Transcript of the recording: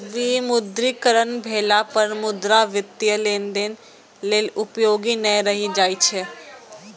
विमुद्रीकरण भेला पर मुद्रा वित्तीय लेनदेन लेल उपयोगी नै रहि जाइ छै